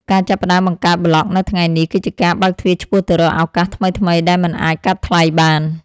ការចាប់ផ្ដើមបង្កើតប្លក់នៅថ្ងៃនេះ គឺជាការបើកទ្វារឆ្ពោះទៅរកឱកាសថ្មីៗដែលមិនអាចកាត់ថ្លៃបាន។